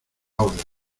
orden